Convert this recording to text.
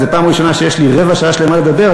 זו פעם ראשונה שיש לי רבע שעה שלמה לדבר,